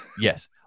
yes